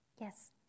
Yes